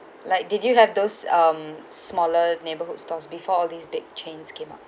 like did you have those um smaller neighbourhood stores before all these big chains came up